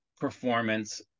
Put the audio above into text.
performance